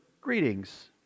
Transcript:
greetings